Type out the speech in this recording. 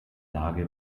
lage